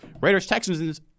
Raiders-Texans